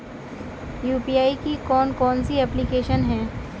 UPI की कौन कौन सी एप्लिकेशन हैं?